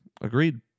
Agreed